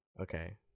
okay